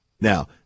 Now